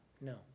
No